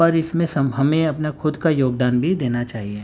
پر اس میں سم ہمیں اپنا کھود کا یوگدان بھی دینا چاہیے